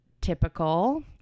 typical